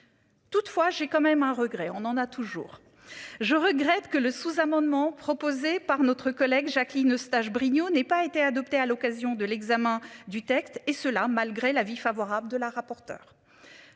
Toutefois, j'ai quand même un regret, on en a toujours. Je regrette que le sous-amendement proposé par notre collègue Jacqueline Eustache-Brinio n'ait pas été adoptée à l'occasion de l'examen du texte et cela malgré l'avis favorable de la rapporteure.